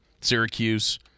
Syracuse